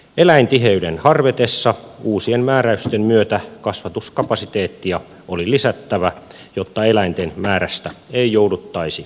eläintiheyden harvetessa uusien määräysten myötä kasvatuskapasiteettia oli lisättävä jotta eläinten määrästä ei jouduttaisi tinkimään